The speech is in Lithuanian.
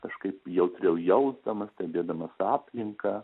kažkaip jautriau jausdamas stebėdamas aplinką